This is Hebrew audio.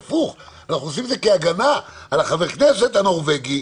אנחנו עושים את זה כהגנה על חבר הכנסת הנורבגי,